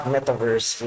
Metaverse